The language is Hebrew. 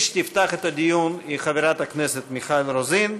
מי שתפתח את הדיון היא חברת הכנסת מיכל רוזין.